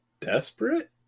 desperate